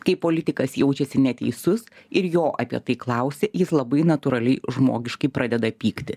kai politikas jaučiasi neteisus ir jo apie tai klausia jis labai natūraliai žmogiškai pradeda pykti